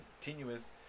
continuous